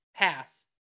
pass